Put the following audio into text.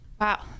Wow